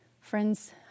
Friends